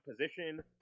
position